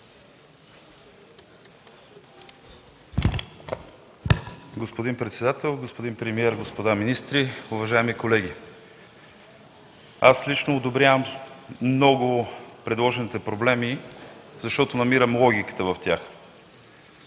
Господин председател, господин премиер, господа министри, уважаеми колеги! Аз лично одобрявам много предложените проблеми, защото намирам логиката в тях.